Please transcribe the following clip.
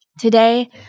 Today